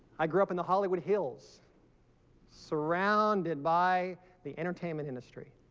i grew up in the hollywood hills surrounded by the entertainment industry